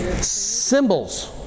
Symbols